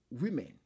women